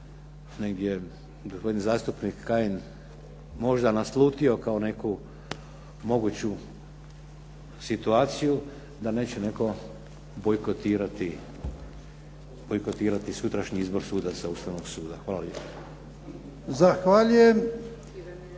negdje gospodin zastupnik Kajin možda naslutio kao neku moguću situaciju da neće netko bojkotirati sutrašnji izbor sudaca Ustavnog suda. Hvala lijepo. **Jarnjak,